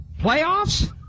playoffs